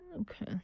okay